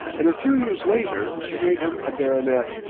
and a few years later she made him a baronet.